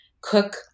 cook